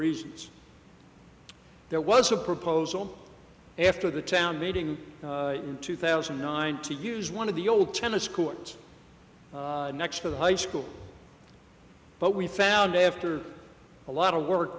reasons there was a proposal after the town meeting in two thousand and nine to use one of the old tennis courts next to the high school but we found after a lot of work